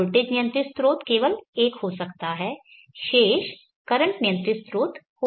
voltage नियंत्रित स्रोत केवल एक हो सकता है शेष करंट नियंत्रित स्रोत हो सकते हैं